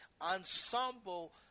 ensemble